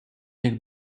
niech